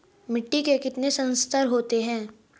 मिट्टी के कितने संस्तर होते हैं?